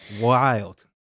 wild